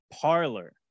parlor